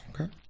Okay